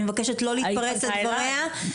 אני מבקשת לא להתפרץ לדבריה.